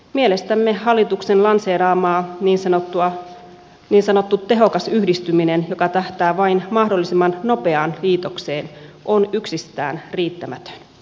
mielestämme hallituksen lanseeraama niin sanottu tehokas yhdistyminen joka tähtää vain mahdollisimman nopeaan liitokseen on yksistään riittämätön